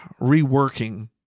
reworking